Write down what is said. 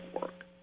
work